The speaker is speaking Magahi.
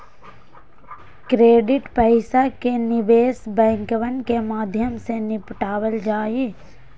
क्रेडिट पैसा के निवेश बैंकवन के माध्यम से निपटावल जाहई